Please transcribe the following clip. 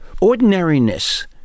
Ordinariness